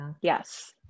Yes